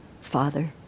father